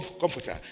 Comforter